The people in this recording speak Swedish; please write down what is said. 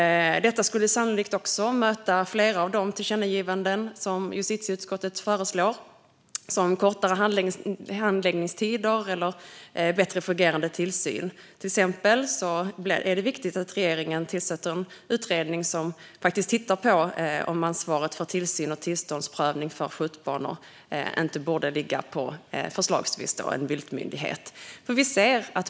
Det skulle sannolikt också bemöta flera av de tillkännagivanden justitieutskottet föreslår, till exempel kortare handläggningstider eller bättre fungerande tillsyn. Det är till exempel viktigt att regeringen tillsätter en utredning som tittar på om ansvaret för tillsyn av och tillståndsprövning för skjutbanor inte borde ligga på förslagsvis en viltmyndighet.